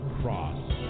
Cross